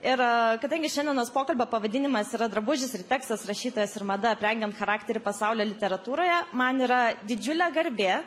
ir kadangi šiandienos pokalbio pavadinimas yra drabužis ir tekstas rašytojas ir mada aprengiam charakterį pasaulio literatūroje man yra didžiulė garbė